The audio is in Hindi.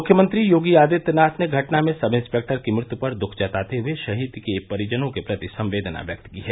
मुख्यमंत्री योगी आदित्यनाथ ने घटना में सब इंस्टपेक्टर की मृत्यु पर दुःख जताते हुए शहीद के परिजनों के प्रति संवेदना व्यक्त की हैं